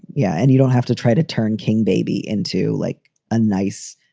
yeah. and you don't have to try to turn king baby into, like, a nice,